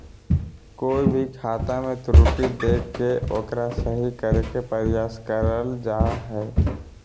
कोय भी खाता मे त्रुटि देख के ओकरा सही करे के प्रयास करल जा हय